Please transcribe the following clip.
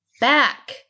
back